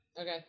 Okay